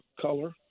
color